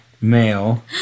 male